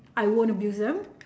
I won't abuse them